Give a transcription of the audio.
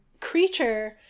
Creature